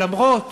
למרות